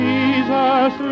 Jesus